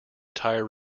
tyre